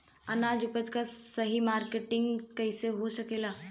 आपन उपज क सही मार्केटिंग कइसे हो सकेला?